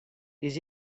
les